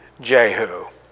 Jehu